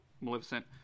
Maleficent